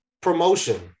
promotion